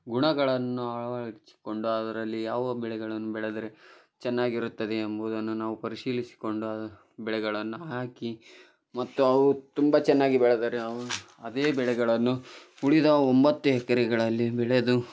ಗುಣಗಳನ್ನು ಅಳವಡಿಸಿಕೊಂಡು ಅದರಲ್ಲಿ ಯಾವ ಬೆಳೆಗಳನ್ನು ಬೆಳೆದರೆ ಚೆನ್ನಾಗಿರುತ್ತದೆ ಎಂಬುವುದನ್ನು ನಾವು ಪರಿಶೀಲಿಸಿಕೊಂಡು ಅದು ಬೆಳೆಗಳನ್ನು ಹಾಕಿ ಮತ್ತು ಅವು ತುಂಬ ಚೆನ್ನಾಗಿ ಬೆಳೆದರೆ ಅವು ಅದೇ ಬೆಳೆಗಳನ್ನು ಉಳಿದ ಒಂಬತ್ತು ಎಕರೆಗಳಲ್ಲಿ ಬೆಳೆದು